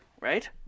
right